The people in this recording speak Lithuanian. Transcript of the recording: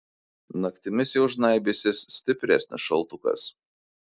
naktimis jau žnaibysis stipresnis šaltukas